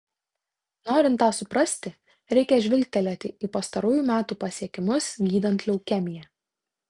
norint tą suprasti reikia žvilgtelėti į pastarųjų metų pasiekimus gydant leukemiją